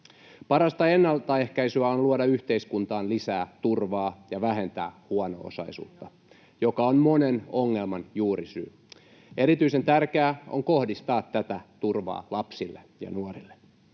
Parasta ennaltaehkäisyä on luoda yhteiskuntaan lisää turvaa ja vähentää huono-osaisuutta, joka on monen ongelman juurisyy. Erityisen tärkeää on kohdistaa tätä turvaa lapsille ja nuorille.